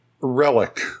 relic